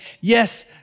yes